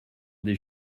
des